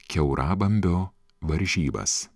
kiaurabambio varžybas